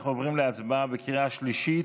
אנחנו עוברים להצבעה בקריאה השלישית,